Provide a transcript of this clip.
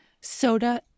soda